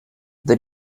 they